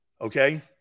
Okay